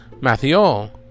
Mathiol